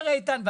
איתן אומר,